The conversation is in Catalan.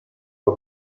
els